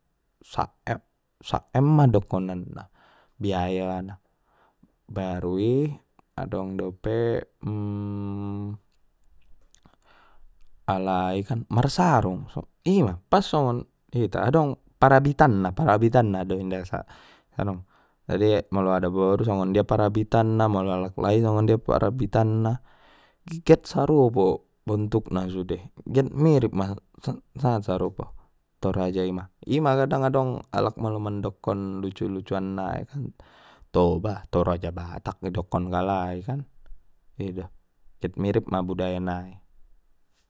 Sa em ma dokonanna biaya na baru i adong dope alai kan marsarung pas songon hita adong parabitanna parabitanna do inda sa aha do molo adaboru songon dia parabitanna molo alaklai songon dia parabitanna get sarupo bontuka sudena get mirip ma sarupo toraja i ma ima dang adong alak molo mandokon lucu-lucuan nai kan toba toraja batak idokkon kalai kan ido get mirip ma budaya nai.